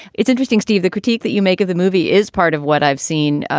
it's interesting, steve, the critique that you make of the movie is part of what i've seen,